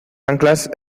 anclas